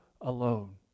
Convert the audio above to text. alone